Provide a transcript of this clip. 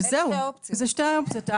וזהו אלה שתי האופציות.